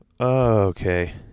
Okay